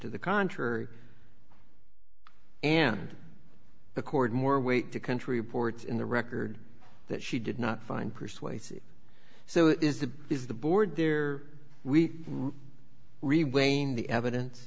to the contrary and the cord more weight to country reports in the record that she did not find persuasive so is the is the board there we re weighing the evidence